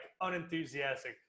unenthusiastic